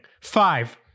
Five